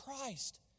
Christ